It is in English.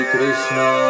Krishna